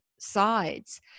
sides